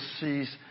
sees